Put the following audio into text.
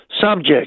subject